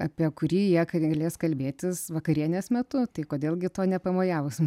apie kurį jie galės kalbėtis vakarienės metu tai kodėl gi to nepamojavus